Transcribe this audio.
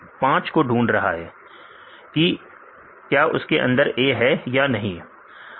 यह फील्ड संख्या 5 को ढूंढ रहा है कि क्या उसके अंदर A है या नहीं